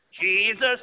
Jesus